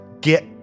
get